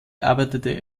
arbeitete